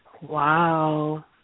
Wow